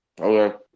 Okay